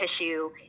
tissue